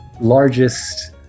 largest